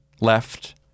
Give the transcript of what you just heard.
left